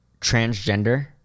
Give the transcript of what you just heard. transgender